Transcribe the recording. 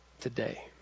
today